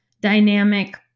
dynamic